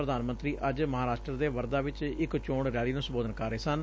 ਪ੍ਰਧਾਨ ਮੰਤਰੀ ਅੱਜ ਮਹਾਂਰਾਸ਼ਟਰ ਦੇ ਵਰਧਾ ਚ ਇਕ ਚੋਣ ਰੈਲੀ ਨੂੰ ਸੰਬੋਧਨ ਕਰ ਰਹੇ ਸਨ